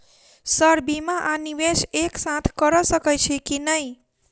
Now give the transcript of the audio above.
Sir बीमा आ निवेश एक साथ करऽ सकै छी की न ई?